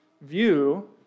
view